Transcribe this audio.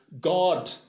God